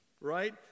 Right